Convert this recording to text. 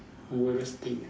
worst thing ah